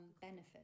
benefit